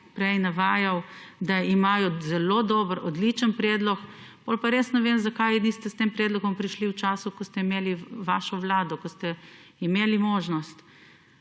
prej navajal, da imajo zelo dober, odličen predlog, potem pa res ne vem zakaj niste s tem predlogom prišli v času, ko ste imeli vašo Vlado, ko ste imeli možnost.